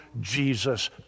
Jesus